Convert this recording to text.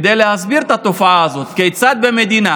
כדי להסביר את התופעה הזאת, כיצד במדינה